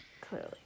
Clearly